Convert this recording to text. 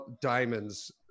diamonds